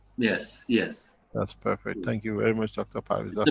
yes. yes. that's perfect. thank you very much, dr. parviz.